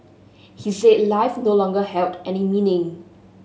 he said life no longer held any meaning